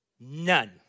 None